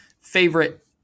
favorite